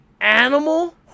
Animal